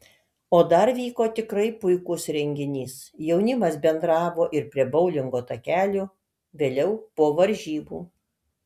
o dar vyko tikrai puikus renginys jaunimas bendravo ir prie boulingo takelių vėliau po varžybų